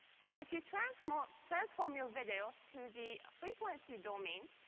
so if you transform transform your video to the frequency domain,